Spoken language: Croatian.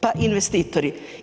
Pa investitori.